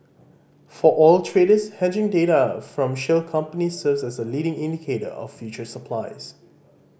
for oil traders hedging data from shale companies serves as a leading indicator of future supplies